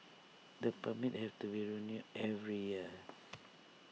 the permits have to be renewed every year